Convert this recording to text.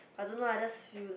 I don't know others feel like